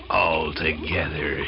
altogether